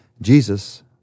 Jesus